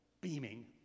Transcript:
beaming